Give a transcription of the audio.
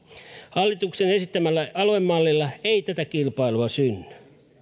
hallituksen esittämällä aluemallilla ei tätä kilpailua synny